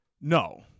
No